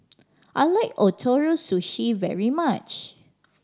I like Ootoro Sushi very much